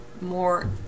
more